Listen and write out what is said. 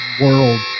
world